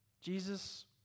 Jesus